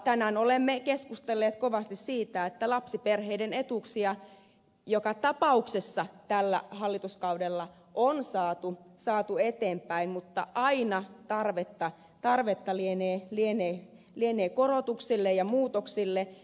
tänään olemme keskustelleet kovasti siitä että lapsiperheiden etuuksia joka tapauksessa tällä hallituskaudella on saatu eteenpäin mutta aina tarvetta lienee korotuksille ja muutoksille